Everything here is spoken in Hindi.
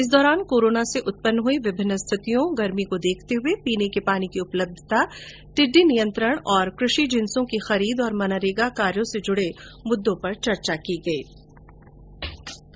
इस दौरान कोरोना से उत्पन्न हुई विभिन्न स्थितियों गर्मी को देखते हुए पीने के पानी की उपलब्यता टिड्डी नियंत्रण और कृषि जिंसों की खरीद और मनरेगा कार्यों से जुड़े मुद्दों पर चर्चा की गयी